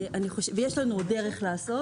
ויש לנו עוד דרך לעשות.